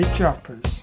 Choppers